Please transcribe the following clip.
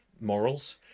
morals